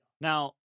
Now